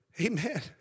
Amen